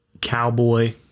Cowboy